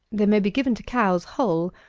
they may be given to cows whole,